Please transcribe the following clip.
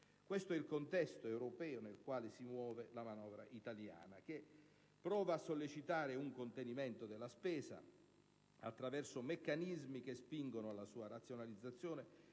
Questo è il contesto in cui si muove la manovra italiana, che prova a sollecitare un contenimento della spesa attraverso meccanismi che spingono alla sua razionalizzazione